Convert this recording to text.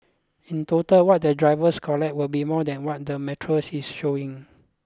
in total what the drivers collect will be more than what the metre is showing